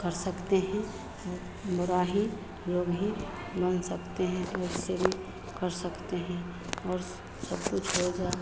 कर सकते हैं मेरा ही लोग है मान सकते हैं उससे भी कर सकते हैं और सब कुछ होगा